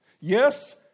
Yes